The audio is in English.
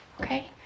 okay